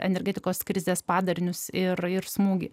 energetikos krizės padarinius ir ir smūgį